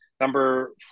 Number